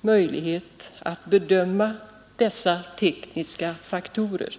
möjlighet att bedöma dessa tekniska faktorer.